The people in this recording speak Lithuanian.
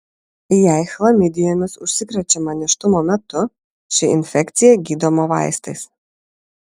jei chlamidijomis užsikrečiama nėštumo metu ši infekcija gydoma vaistais